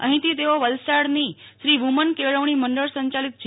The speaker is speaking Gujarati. અહીંથી તેઓ વલસાડની શ્રી વુમન કેળવણી મંડળ સંચાલિત જે